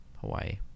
Hawaii